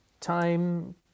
time